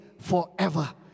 forever